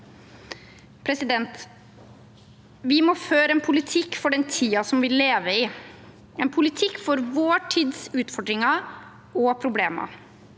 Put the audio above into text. våre. Vi må føre en politikk for den tiden vi lever i, en politikk for vår tids utfordringer og problemer,